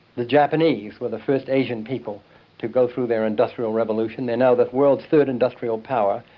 the japanese were the first asian people to go through their industrial revolution, they are now the world's third industrial power.